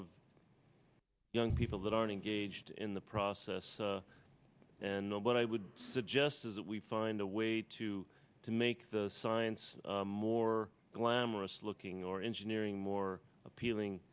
of young people that are engaged in the process and no but i would suggest is that we find a way to to make the science more glamorous looking or engineering more appealing